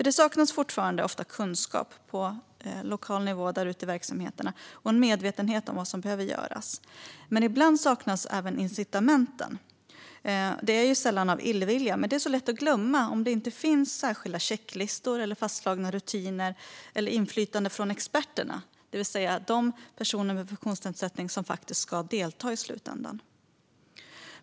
Det saknas fortfarande ofta kunskap på lokal nivå och en medvetenhet om vad som behöver göras. Ibland saknas även incitamenten. Det är ju sällan av illvilja, men det är lätt att glömma om det inte finns särskilda checklistor, fastslagna rutiner eller inflytande från experterna, det vill säga de personer med funktionsnedsättning som i slutändan ska delta.